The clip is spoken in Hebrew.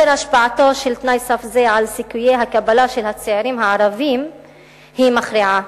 השפעתו של תנאי סף זה על סיכויי הקבלה של הצעירים הערבים היא מכריעה.